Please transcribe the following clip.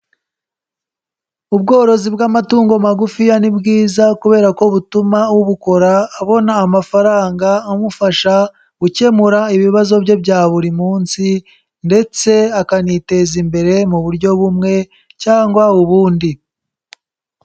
Ubworozi bw'amatungo magufiya ni bwiza, kubera ko butuma ubikora abona amafaranga amufasha gukemura ibibazo bye bya buri munsi, ndetse akaniteza imbere mu buryo bumwe cyangwa ubundi.